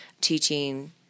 teaching